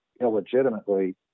illegitimately